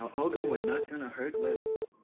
olga we're not gonna hurt leslie